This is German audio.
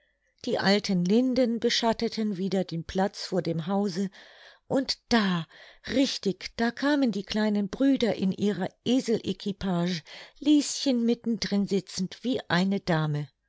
die alten linden beschatteten wieder den platz vor dem hause und da richtig da kamen die kleinen brüder in ihrer eselequipage lieschen mitten drin sitzend wie eine dame